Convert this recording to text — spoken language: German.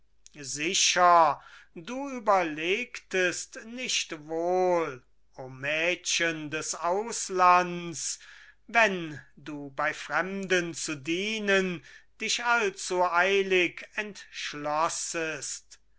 sicher du überlegtest nicht wohl o mädchen des auslands wenn du bei fremden zu dienen dich allzu eilig entschlossest